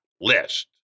list